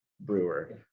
brewer